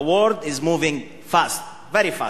The world is moving fast, very fast.